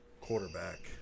quarterback